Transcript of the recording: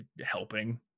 helping